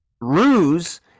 ruse